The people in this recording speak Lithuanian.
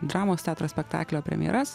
dramos teatro spektaklio premjeras